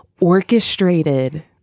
orchestrated